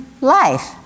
Life